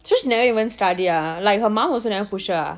so she never even study ah like her mum also never push her ah